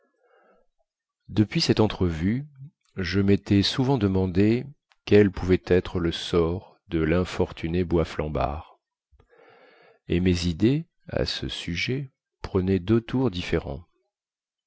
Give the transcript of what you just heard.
depuis cette entrevue je métais souvent demandé quel pouvait être le sort de linfortuné boisflambard et mes idées à ce sujet prenaient deux tours différents